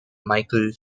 michael